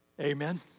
Amen